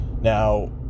Now